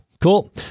cool